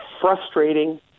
frustrating